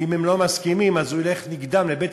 ואם הם לא מסכימים אז הוא ילך נגדם לבית-המשפט